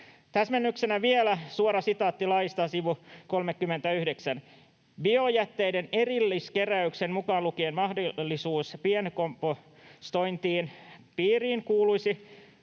Täsmennyksenä vielä suora sitaatti hallituksen esityksestä, sivu 39: ”Biojätteiden erilliskeräyksen (mukaan lukien mahdollisuus pienkompostointiin) piiriin kuuluisi